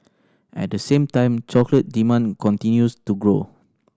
at the same time chocolate demand continues to grow